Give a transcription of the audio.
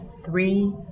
three